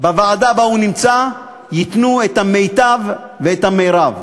בוועדה שבה הוא נמצא, ייתן את המיטב ואת המרב.